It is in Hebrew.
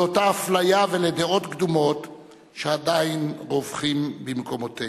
לאותה אפליה ולדעות קדומות שעדיין רווחים במקומותינו.